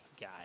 guy